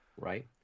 Right